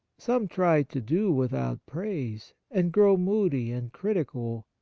some try to do with out praise, and grow moody and critical,